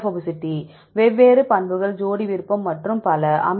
hydrophobicity வெவ்வேறு பண்புகள் ஜோடி விருப்பம் மற்றும் பல